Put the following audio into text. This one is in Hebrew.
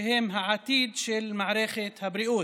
שהם העתיד של מערכת הבריאות.